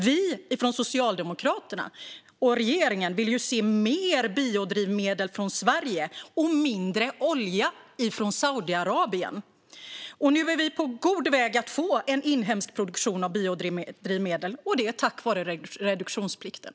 Vi från Socialdemokraterna och regeringen vill ju se mer biodrivmedel från Sverige och mindre olja från Saudiarabien. Nu är vi på god väg att få en inhemsk produktion av biodrivmedel, och det är tack vare reduktionsplikten.